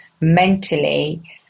mentally